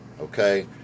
Okay